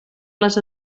les